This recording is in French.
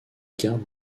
gardes